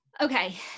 Okay